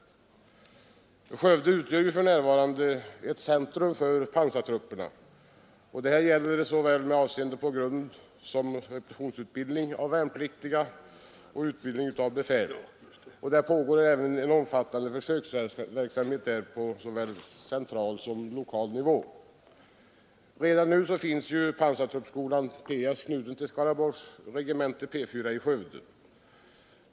Skövde utgör för närvarande ett centrum för pansartrupperna med avseende på såväl grundoch repetitionsutbildning av värnpliktiga som utbildning av befäl. Där pågår även en omfattande försöksverksamhet på central och lokal nivå. Redan nu finns pansartruppskolan, PS, knuten till Skaraborgs regemente P4 i Skövde.